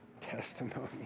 Testimony